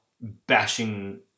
bashing